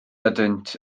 ydynt